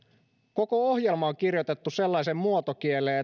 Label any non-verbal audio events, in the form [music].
koko ohjelma on kirjoitettu sellaiseen muotokieleen [unintelligible]